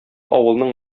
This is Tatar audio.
авылның